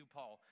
Paul